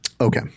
Okay